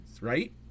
right